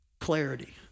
clarity